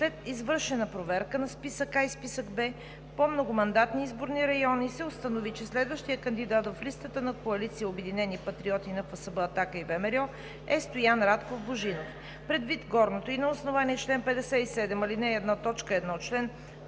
След извършена проверка на списък А и списък Б по многомандатни изборни райони се установи, че следващият кандидат в листата на коалиция „Обединени патриоти – НФСБ, АТАКА и ВМРО“ е Стоян Радков Божинов. Предвид горното и на основание чл. 57, ал. 1, т. 1, чл.